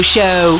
Show